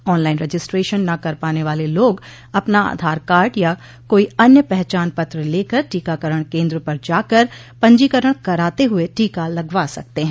online registration न कर पाने वाले लोग अपना आधारकार्ड या कोई अन्य पहचान पत्र लेकर टीकाकरण केन्द्र पर जाकर पंजीकरण कराते हुए टीका लगवा सकते हैं